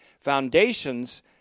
Foundations